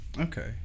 Okay